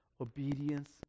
obedience